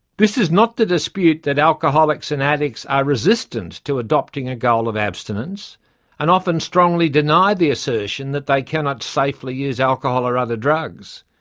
this is not to dispute that alcoholics and addicts are resistant to adopting a goal of abstinence and often strongly deny the assertion that they cannot safely use alcohol or other drugs.